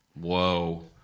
Whoa